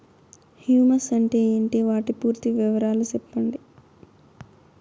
Humus అంటే ఏంటి? వాటి పూర్తి వివరాలు సెప్పండి?